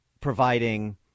providing